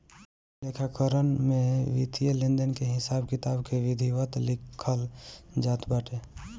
लेखाकरण में वित्तीय लेनदेन के हिसाब किताब के विधिवत लिखल जात बाटे